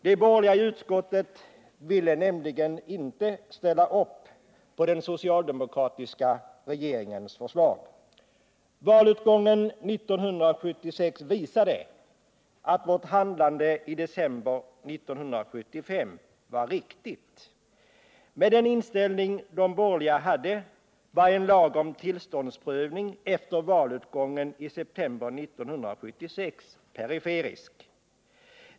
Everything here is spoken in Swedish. De borgerliga i utskottet ville nämligen inte ställa upp på den socialdemokratiska regeringens förslag. Valutgången 1976 visade att vårt handlande i december 1975 var riktigt. Med den inställning de borgerliga hade var en lag om tillståndsprövning efter valutgången i september 1976 periferisk.